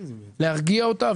להרגיע אותה,